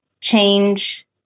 change